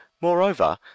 moreover